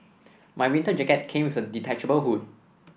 my winter jacket came with a detachable hood